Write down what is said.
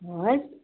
Bhat